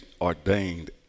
ordained